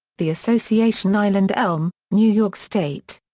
the association island elm, new york state.